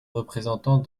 représentant